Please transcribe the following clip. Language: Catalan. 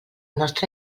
nostre